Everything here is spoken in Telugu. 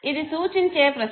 ఇది సూచించే ప్రశ్న